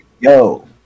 yo